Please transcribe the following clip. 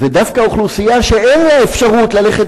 ודווקא אוכלוסייה שאין לה אפשרות ללכת